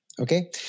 okay